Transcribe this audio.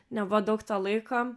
nebuvo daug to laiko